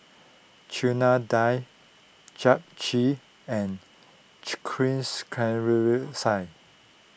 Chana Dal Japchae and